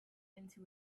into